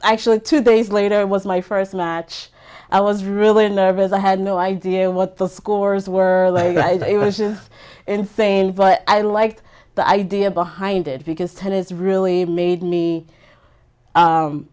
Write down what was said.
actually two days later was my first match i was really nervous i had no idea what the scores were like it was of insane but i liked the idea behind it because tennis really made me